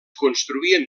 construïen